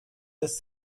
des